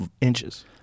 inches